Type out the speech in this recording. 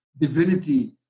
divinity